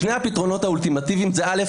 שני הפתרונות האולטימטיביים זה: א',